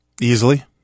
easily